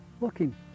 looking